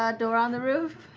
um door on the roof?